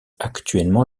actuellement